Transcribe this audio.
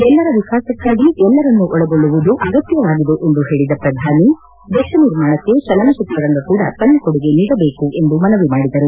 ಎಲ್ಲರ ವಿಕಾಸಕ್ಕಾಗಿ ಎಲ್ಲರನ್ನು ಒಳಗೊಳ್ಳುವುದು ಅಗತ್ಯವಾಗಿದೆ ಎಂದು ಹೇಳಿದ ಪ್ರಧಾನಿ ದೇಶ ನಿರ್ಮಾಣಕ್ಕೆ ಚಲನಚಿತ್ರ ರಂಗ ಕೂಡ ತನ್ನ ಕೊಡುಗೆ ನೀಡಬೇಕು ಎಂದು ಮನವಿ ಮಾಡಿದರು